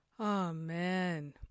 Amen